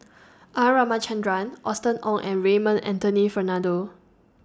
R Ramachandran Austen Ong and Raymond Anthony Fernando